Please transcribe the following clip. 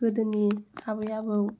गोदोनि आबै आबौ